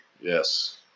Yes